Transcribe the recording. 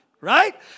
right